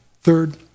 third